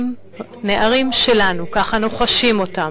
הם נערים שלנו, כך אנו חשים אותם.